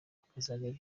bakazajya